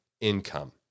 income